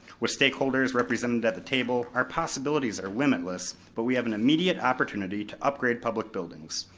with stakeholders represented at the table, our possibilities are limitless, but we have an immediate opportunity to upgrade public buildings,